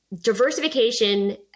diversification